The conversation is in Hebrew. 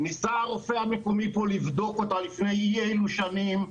ניסה הרופא המקומי פה לבדוק אותה לפני אי אילו שנים.